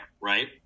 Right